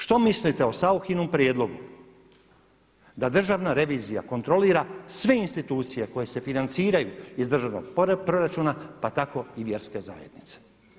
Što mislite o Sauchinom prijedlogu da Državna revizija kontrolira sve institucije koje se financiraju iz državnog proračuna, pa tako i vjerske zajednice?